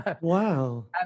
Wow